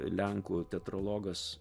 lenkų teatrologas